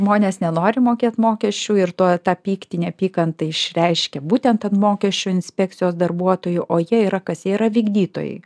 žmonės nenori mokėt mokesčių ir tuo tą pyktį neapykantą išreiškia būtent ant mokesčių inspekcijos darbuotojų o jie yra kas jei yra vykdytojai